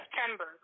September